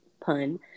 pun